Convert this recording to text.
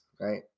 right